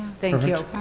thank you.